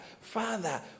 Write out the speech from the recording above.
father